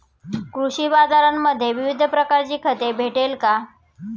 कृषी बाजारांमध्ये विविध प्रकारची खते भेटेल का?